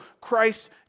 Christ